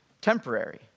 temporary